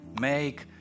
make